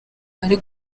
ari